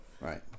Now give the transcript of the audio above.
right